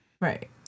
right